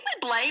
blame